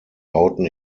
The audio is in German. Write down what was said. bauten